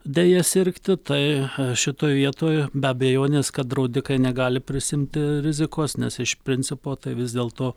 deja sirgti tai šitoj vietoj be abejonės kad draudikai negali prisiimti rizikos nes iš principo tai vis dėlto